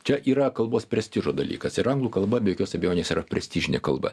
čia yra kalbos prestižo dalykas ir anglų kalba be jokios abejonės yra prestižinė kalba